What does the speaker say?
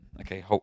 Okay